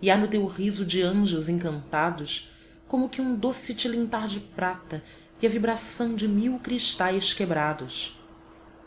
e há no teu riso de anjos encantados como que um doce tilintar de prata e a vibração de mil cristais quebrados